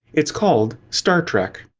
it is called star trek.